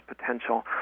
potential